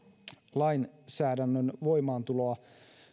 lainsäädännön voimaantuloa